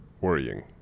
worrying